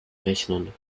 rechnen